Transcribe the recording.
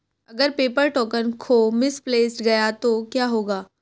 अगर paper token खो misplaced गया तो क्या होगा?